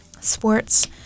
sports